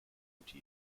gute